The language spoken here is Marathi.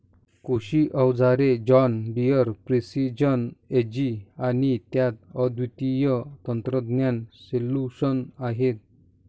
कृषी अवजारे जॉन डियर प्रिसिजन एजी आणि त्यात अद्वितीय तंत्रज्ञान सोल्यूशन्स आहेत